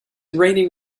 raining